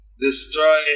destroy